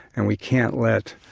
and we can't let